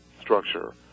structure